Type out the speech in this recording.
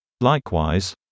Likewise